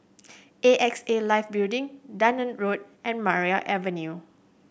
A X A Life Building Dunearn Road and Maria Avenue